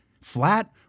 Flat